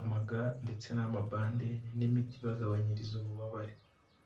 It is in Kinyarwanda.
amaga, ndetse n'amabande n'imiti ibagabanyiriza ububabare.